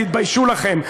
תתביישו לכם.